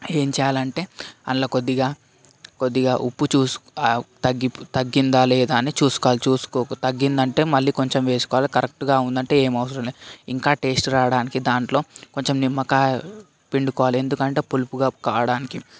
ఏం చేయాలంటే అందులో కొద్దిగా కొద్దిగా ఉప్పు చూసుకో తగ్గి తగ్గిందా లేదా అని చూసుకోవాలి చూసుకోకు తగ్గిందంటే మళ్ళీ కొంచెం వేసుకోవాలి కరెక్ట్గా ఉందంటే ఏం అవసరం లేదు ఇంకా టెస్ట్ రావడానికి దాంట్లో కొంచెం నిమ్మకాయ పిండుకోవాలి ఎందుకంటే పులుపుగా కావడానికి